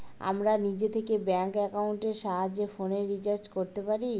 আমরা নিজে থেকে ব্যাঙ্ক একাউন্টের সাহায্যে ফোনের রিচার্জ করতে পারি